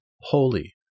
holy